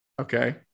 Okay